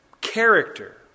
character